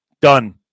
Done